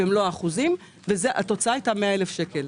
האחוזים, התוצאה הייתה 100,000 שקל.